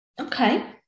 Okay